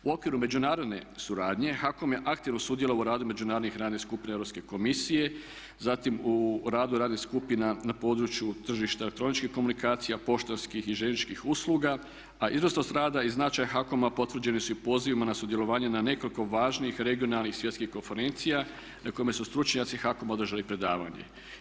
U okviru međunarodne suradnje HAKOM je aktivno sudjelovao u radu međunarodnih radnih skupina Europske komisije, zatim u radu radnih skupina na području tržišta elektroničkih komunikacija, poštanskih i željezničkih usluga a izvrsnost rada i značaj HAKOM-a potvrđeni su i pozivima na sudjelovanje na nekoliko važnih regionalnih i svjetskih konferencija na kojima su stručnjaci HAKOM-a održali predavanje.